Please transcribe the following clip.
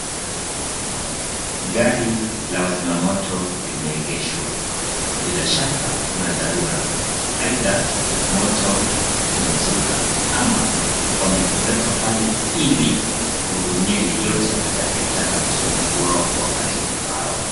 Gari la wazima moto limeegeshwa bila shaka kuna dharura aidha moto umezuka ama wameweka pale ili kuhudumia yeyote atakaye taka usaidizi wao wakati ufaao.